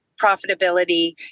profitability